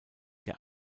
der